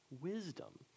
Wisdom